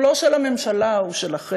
הוא לא של הממשלה, הוא שלכם,